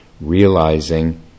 realizing